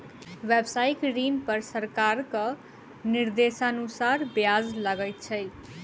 व्यवसायिक ऋण पर सरकारक निर्देशानुसार ब्याज लगैत छै